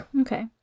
Okay